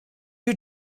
you